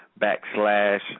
backslash